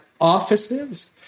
offices